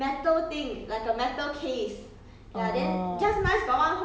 but asylum 有 coffin 你不